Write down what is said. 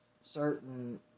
certain